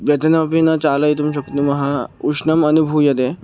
व्यजनमपि न चालयितुं शक्नुमः उष्णः अनुभूयते